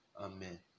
Amen